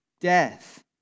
Death